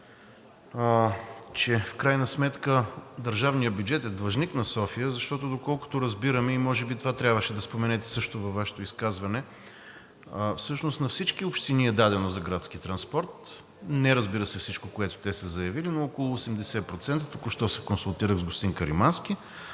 че в крайна сметка държавният бюджет е длъжник на София. Защото, доколкото разбирам, и може би това трябваше да споменете също във Вашето изказване, на всички общини е дадено за градски транспорт. Разбира се, не всичко, което те са заявили, но около 80% – току-що се консултирах с господин Каримански,